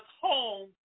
home